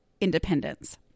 independence